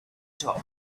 top